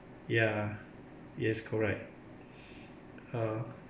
ya yes correct uh